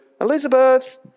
Elizabeth